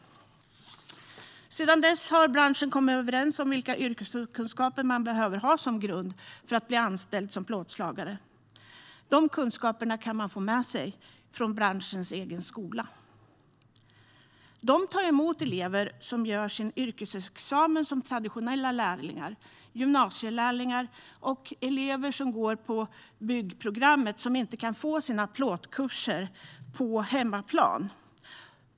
Sedan dess har branschen kommit överens om vilka yrkeskunskaper man behöver ha som grund för att bli anställd som plåtslagare. De kunskaperna kan man få med sig från branschens egen skola. Man tar emot elever som gör sin yrkesexamen som traditionella lärlingar, gymnasielärlingar samt elever på byggprogrammet som inte kan få sina plåtkurser på hemmaplan.